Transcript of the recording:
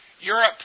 Europe